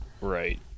Right